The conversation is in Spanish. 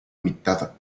mitad